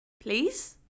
please